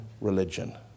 religion